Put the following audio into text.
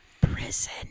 Prison